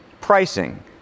Pricing